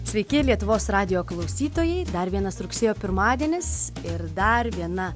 sveiki lietuvos radijo klausytojai dar vienas rugsėjo pirmadienis ir dar viena